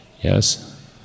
yes